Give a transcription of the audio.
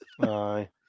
Aye